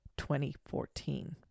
2014